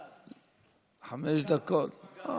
השר.